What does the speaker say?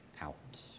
out